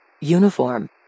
Uniform